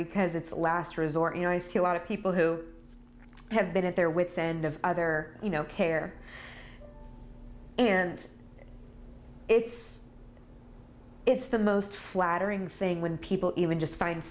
because it's a last resort you know i see a lot of people who have been at their wit's end of other you know care and it's it's the most flattering thing when people even just find